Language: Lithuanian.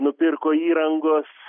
nupirko įrangos